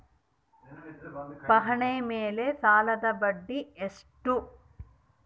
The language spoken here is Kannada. ಪಹಣಿ ಮೇಲೆ ಸಾಲದ ಬಡ್ಡಿ ಎಷ್ಟು?